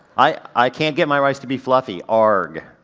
i, i can't get my rice to be fluffy. um arrgghh.